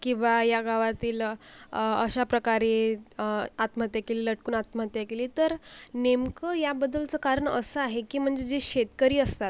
किंवा या गावातील अशा प्रकारे आत्महत्या केली लटकून आत्महत्या केली तर नेमकं याबद्दलचं कारण असं आहे की म्हणजे जे शेतकरी असतात